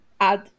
add